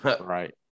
right